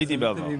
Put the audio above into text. הייתי בעבר,